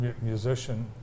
musician